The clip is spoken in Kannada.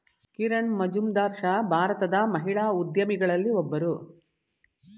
ಕಿರಣ್ ಮಜುಂದಾರ್ ಶಾ ಭಾರತದ ಮಹಿಳಾ ಉದ್ಯಮಿಗಳಲ್ಲಿ ಒಬ್ಬರು